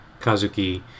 Kazuki